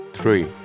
Three